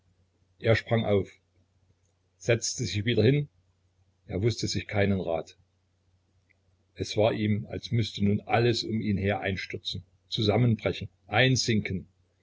er sprang auf setzte sich wieder hin er wußte sich keinen rat es war ihm als müßte nun alles um ihn her einstürzen zusammenbrechen einsinken